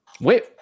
wait